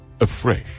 afresh